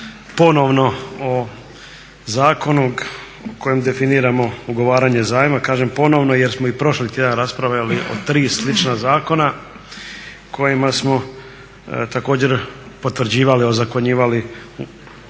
ponovno o zakonu kojim definiramo ugovaranje zajma. Kažem ponovno jer smo i prošli tjedan raspravljali o tri slična zakona kojima smo također potvrđivali ozakonjivali uzimanje zajma